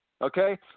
Okay